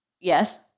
Yes